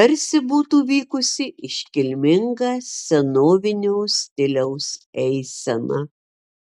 tarsi būtų vykusi iškilminga senovinio stiliaus eisena